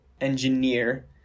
engineer